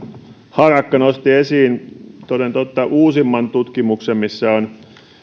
harakka nosti esiin toden totta uusimman tutkimuksen missä on